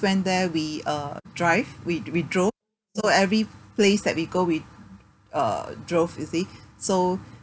went there we uh drive we we drove so every place that we go we uh drove you see so